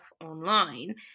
online